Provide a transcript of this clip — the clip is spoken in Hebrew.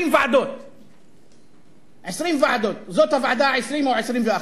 20 ועדות, זאת הוועדה ה-20 או ה-21.